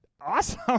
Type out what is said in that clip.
Awesome